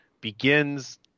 begins